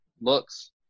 looks